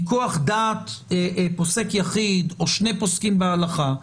מ כוח דת פוסק יחיד או שני פוסקים בהלכה,